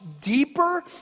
deeper